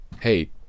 hey